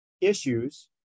issues